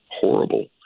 horrible